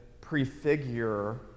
prefigure